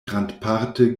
grandparte